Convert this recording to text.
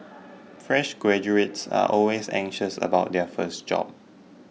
fresh graduates are always anxious about their first job